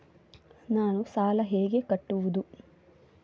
ನಾನು ಸಾಲ ಹೇಗೆ ಕಟ್ಟುವುದು?